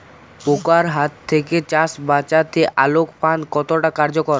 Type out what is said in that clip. পোকার হাত থেকে চাষ বাচাতে আলোক ফাঁদ কতটা কার্যকর?